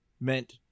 meant